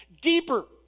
deeper